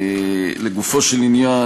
ולגופו של עניין,